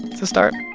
it's a start